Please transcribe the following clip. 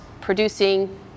producing